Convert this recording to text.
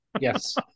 yes